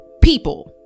people